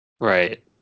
Right